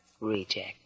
reject